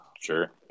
Sure